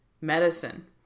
medicine